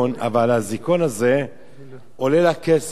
אבל האזיקון הזה עולה לה כסף,